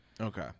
okay